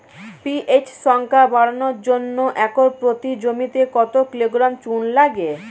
PH সংখ্যা বাড়ানোর জন্য একর প্রতি জমিতে কত কিলোগ্রাম চুন লাগে?